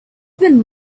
been